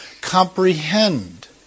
comprehend